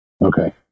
okay